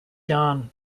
john